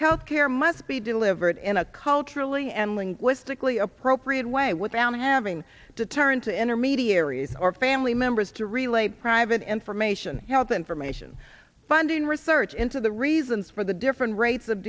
health care must be delivered in a culturally and linguistically appropriate way without having to turn to intermediaries or family members to relay private information health information funding research into the reasons for the different rates of